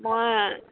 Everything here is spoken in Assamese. মই